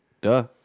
Duh